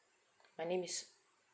my name is